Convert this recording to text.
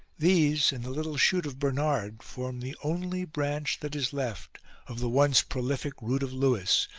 these and the little shoot of bernard form the only branch that is left of the once prolific root of lewis,